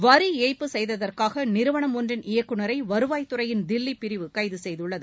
வரி ஏய்ப்பு செய்ததற்காக நிறுவனம் ஒன்றின் இயக்குநரை வருவாய்த்துறையின் தில்லி பிரிவு கைது செய்துள்ளது